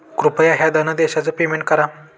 कृपया ह्या धनादेशच पेमेंट करा